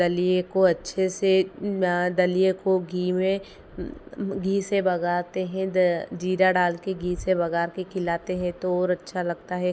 दलिये को अच्छे से दलिये को घी में घी से बघारते हैं द ज़ीरा डाल कर घी से बघार कर खिलाते हैं तो और अच्छा लगता है